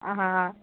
आ हा आ